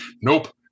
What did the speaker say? Nope